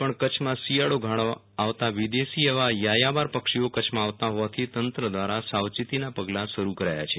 પણ કચ્છમાં શિયાળી ગાળવા આવતાં વિદેશી એવા યાયાવર પક્ષીઓ કચ્છમાં આવતાં હોવાથી તંત્ર દ્વારા સાવચેતીનાં પગલાં શરૂ કરાયા છે